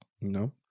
No